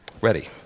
Ready